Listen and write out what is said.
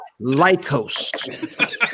Lycos